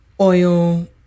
oil